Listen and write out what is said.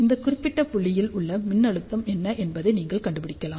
இந்த குறிப்பிட்ட புள்ளியில் உள்ள மின்னழுத்தம் என்ன என்பதை நீங்கள் கண்டுபிடிக்கலாம்